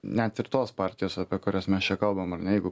net ir tos partijos apie kurias mes čia kalbam ar ne jeigu